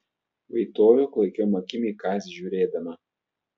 vaitojo klaikiom akim į kazį žiūrėdama